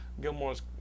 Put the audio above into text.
Gilmore's